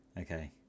okay